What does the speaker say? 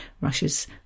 Russia's